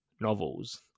novels